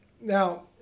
Now